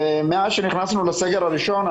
מאז שנכנסנו לסגר הראשון,